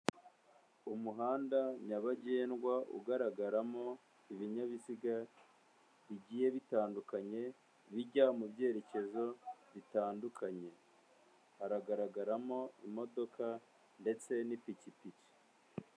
Umuhanda nyabagendwa ugaragaramo ibinyabiziga bigiye bitandukanye bijya mu byerekezo bitandukanye. Haragaragaramo imodoka ndetse n'ipikipiki.